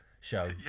show